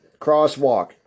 crosswalk